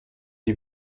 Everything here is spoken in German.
die